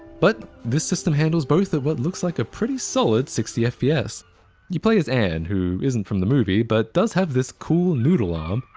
but this system handles both at what looks like a pretty solid sixty fps. you play as anne, who isn't from the movie, but does have this cool noodle arm.